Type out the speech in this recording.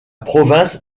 province